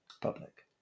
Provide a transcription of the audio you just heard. public